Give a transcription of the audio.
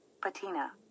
Patina